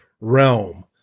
realm